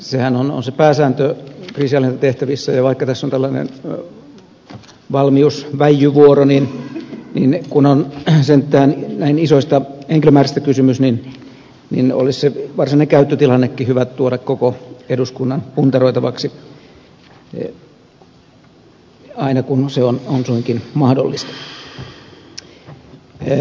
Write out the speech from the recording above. sehän on pääsääntö kriisinhallintatehtävissä ja vaikka tässä on tällainen valmiusväijyvuoro niin kun on sentään näin isoista henkilömääristä kysymys olisi se varsinainen käyttötilannekin hyvä tuoda koko eduskunnan puntaroitavaksi aina kun se on suinkin mahdollista